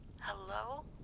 hello